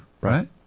Right